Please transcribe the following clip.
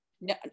No